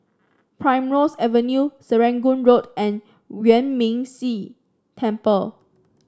Primrose Avenue Serangoon Road and Yuan Ming Si Temple